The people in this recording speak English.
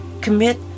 commit